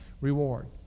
reward